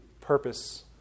purpose